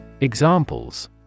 Examples